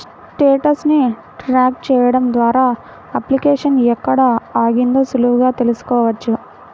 status ని track చెయ్యడం ద్వారా అప్లికేషన్ ఎక్కడ ఆగిందో సులువుగా తెల్సుకోవచ్చు